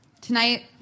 tonight